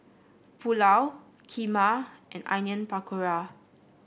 Pulao Kheema and Onion Pakora